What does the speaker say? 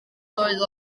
doedd